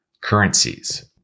currencies